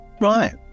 Right